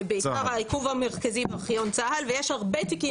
לא היו שיקולים פוליטיים בוודאי לא בתקופתי,